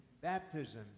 Baptism